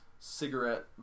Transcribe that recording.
Cigarette